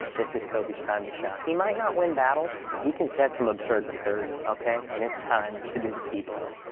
this is kobe's time to shine. he might not win battles, but he can set some absurd records, okay? and it's time to do the pea blow. oh,